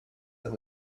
that